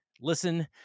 listen